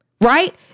Right